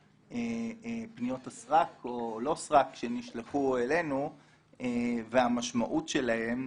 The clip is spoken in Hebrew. לפניות הסרק או לא סרק שנשלחו אלינו והמשמעות שלהן.